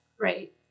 right